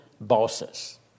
bosses